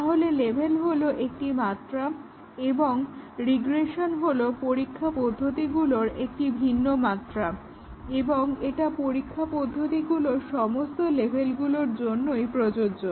তাহলে লেভেল হলো একটি মাত্রা এবং রিগ্রেশন হলো পরীক্ষা পদ্ধতিগুলোর এক ভিন্ন মাত্রা এবং এটা পরীক্ষা পদ্ধতিগুলোর সমস্ত লেভেলগুলোর জন্যই প্রযোজ্য